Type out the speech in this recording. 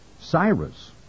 Cyrus